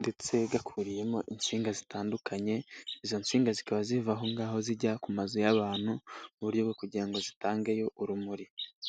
ndetse gakubiyemo insinga zitandukanye, izo nsinga zikaba ziva aho ngaho zijya ku mazu y'abantu mu buryo bwo kugira ngo zitangeyo urumuri.